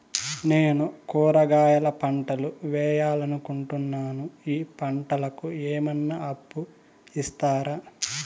నేను కూరగాయల పంటలు వేయాలనుకుంటున్నాను, ఈ పంటలకు ఏమన్నా అప్పు ఇస్తారా?